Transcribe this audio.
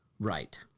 Right